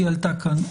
כי היא עלתה כאן,